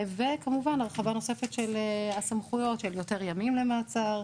וכמובן הרחבה נוספת של הסמכויות של יותר ימים למעצר,